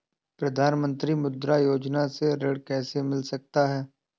प्रधानमंत्री मुद्रा योजना से ऋण कैसे लिया जा सकता है?